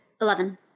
Eleven